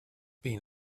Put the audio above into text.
been